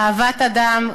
אהבת אדם,